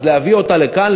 אז להביא אותה לכאן,